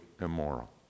immoral